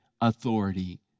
authority